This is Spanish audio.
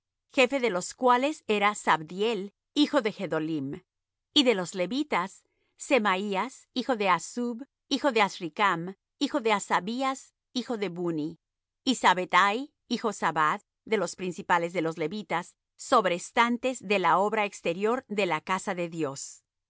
jefe de los cuales era zabdiel hijo de gedolim y de los levitas semaías hijo de hassub hijo de azricam hijo de hasabías hijo de buni y sabethai y jozabad de los principales de los levitas sobrestantes de la obra exterior de la casa de dios